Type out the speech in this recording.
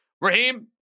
Raheem